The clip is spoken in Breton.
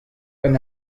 gant